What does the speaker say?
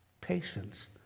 Patience